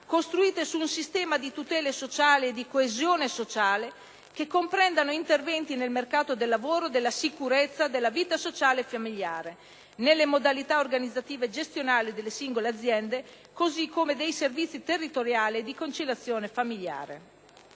costruite su un sistema di tutele sociali e di coesione sociale, che comprendano interventi nel mercato del lavoro, della sicurezza, della vita sociale e familiare, nelle modalità organizzative gestionali delle singole aziende, così come dei servizi territoriali e di conciliazione familiare.